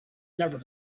never